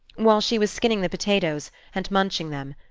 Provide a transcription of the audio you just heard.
while she was skinning the potatoes, and munching them,